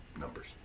numbers